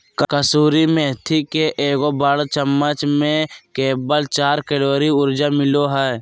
कसूरी मेथी के एगो बड़ चम्मच में केवल चार कैलोरी ऊर्जा मिलो हइ